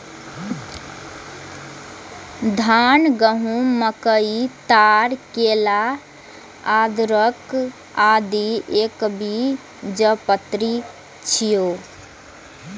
धान, गहूम, मकई, ताड़, केला, अदरक, आदि एकबीजपत्री छियै